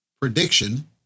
prediction